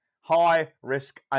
High-risk